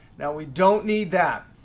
now we don't need that.